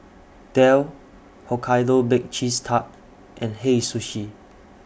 Dell Hokkaido Baked Cheese Tart and Hei Sushi